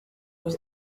was